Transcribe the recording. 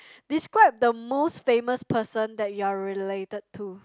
describe the most famous person that you are related to